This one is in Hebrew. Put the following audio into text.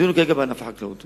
הדיון הוא כרגע על ענף החקלאות.